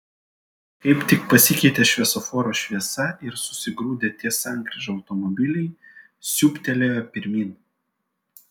kaip tik pasikeitė šviesoforo šviesa ir susigrūdę ties sankryža automobiliai siūbtelėjo pirmyn